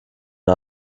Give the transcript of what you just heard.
den